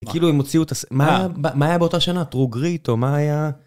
כאילו הם הוציאו את הסרט, מה היה באותה שנה? טרוגריט או מה היה?